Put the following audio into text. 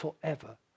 forever